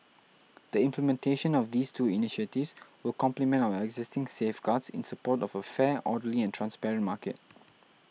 the implementation of these two initiatives will complement our existing safeguards in support of a fair orderly and transparent market